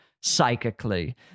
psychically